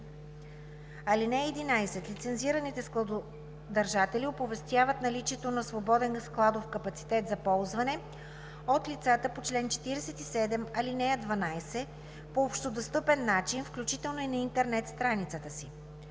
ал. 12. (11) Лицензираните складодържатели оповестяват наличието на свободен складов капацитет за ползване от лицата по чл. 47, ал. 12 по общодостъпен начин, включително и на интернет страницата си.“